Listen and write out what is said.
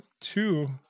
two